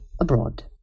abroad